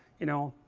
you know,